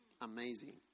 Amazing